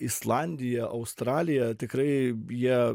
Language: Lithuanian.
islandija australija tikrai jie